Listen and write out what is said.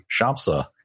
Shamsa